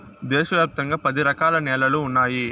దేశ వ్యాప్తంగా పది రకాల న్యాలలు ఉన్నాయి